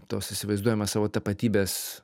tos įsivaizduojamos savo tapatybės